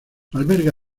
alberga